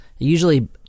usually